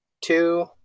two